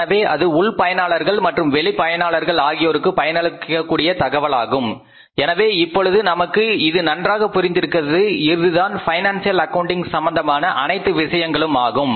எனவே அது உள் பயனாளர்கள் மற்றும் வெளி பயனாளர்கள் ஆகியோருக்கு பயனளிக்கக்கூடிய தகவலாகும் எனவே இப்பொழுது நமக்கு இது நன்றாக புரிந்திருக்கின்றது இதுதான் பைனான்சியல் அக்கவுண்டிங் சம்பந்தமான அனைத்து விஷயங்களும்